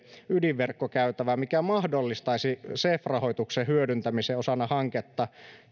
ydinverkkokäytävää mikä mahdollistaisi cef rahoituksen hyödyntämisen osana hanketta